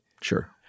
Sure